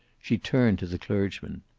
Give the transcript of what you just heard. she turned to the clergyman.